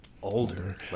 Older